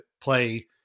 play